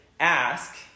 ask